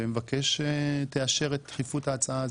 ומבקש שתאשר את דחיפות ההצעה הזאת.